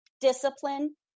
discipline